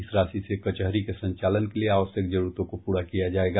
इस राशि से कचहरी के संचालन के लिए आवश्यक जरूरतों को पूरा किया जायेगा